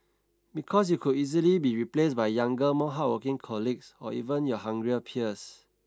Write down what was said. because you could easily be replaced by younger more hardworking colleagues or even your hungrier peers